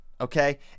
Okay